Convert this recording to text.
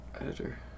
editor